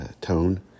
tone